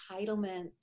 entitlements